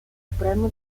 supremo